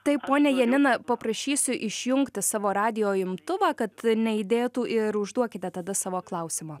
taip ponia janina paprašysiu išjungti savo radijo imtuvą kad neaidėtų ir užduokite tada savo klausimą